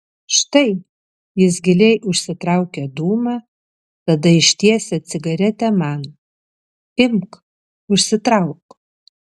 štai jis giliai užsitraukia dūmą tada ištiesia cigaretę man imk užsitrauk